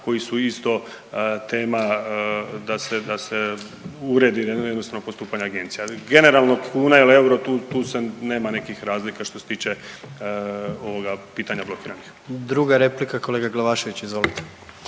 koji su isto tema da se uredi jednostavno postupanje agencija. Generalno kuna ili euro tu se nema nekih razlika što se tiče ovoga pitanja blokiranih. **Jandroković, Gordan (HDZ)** Druga replika kolega Glavašević, izvolite.